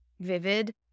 vivid